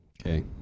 Okay